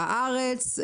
הארץ,